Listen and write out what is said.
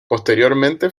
posteriormente